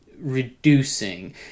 reducing